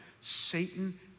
Satan